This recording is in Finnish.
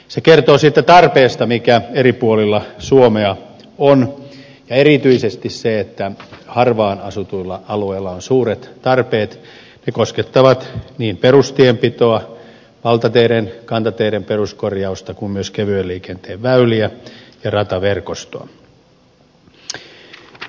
se kertoo siitä tarpeesta mikä eri puolilla suomea on ja erityisesti siitä että harvaan asutuilla alueilla on suuret tarpeet jotka koskettavat niin perustienpitoa valtateiden kantateiden peruskorjausta kuin myös kevyen liikenteen väyliä ja rataverkostoa